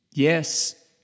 Yes